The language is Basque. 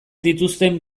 dituzten